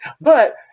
But-